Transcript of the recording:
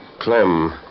Clem